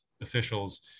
officials